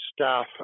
staff